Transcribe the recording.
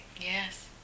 Yes